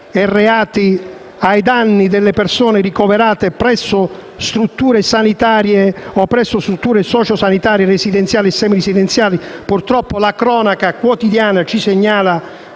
reati ai danni delle persone ricoverate presso strutture sanitarie o presso strutture socio-sanitarie residenziali o semi-residenziali. Purtroppo la cronaca quotidiana ci segnala